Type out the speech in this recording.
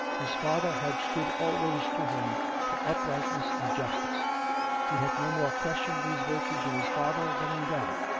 his father had stood always to him for uprightness and justice he had no more ques tioned these virtues in his father than in god.